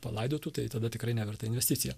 palaidotų tai tada tikrai neverta investicija